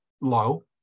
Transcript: low